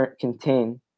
contain